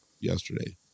yesterday